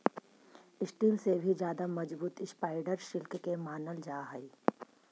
steel से भी ज्यादा मजबूत स्पाइडर सिल्क के मानल जा हई